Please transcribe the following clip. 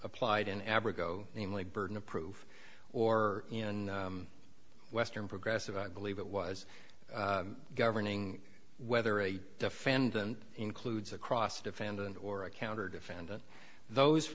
applied in average go namely burden of proof or in western progressive i believe it was governing whether a defendant includes a cross defendant or a counter defendant those